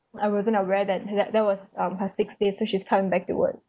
I wasn't aware that that that was um her sixth day so she's coming back to work